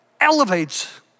elevates